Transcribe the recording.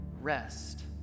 rest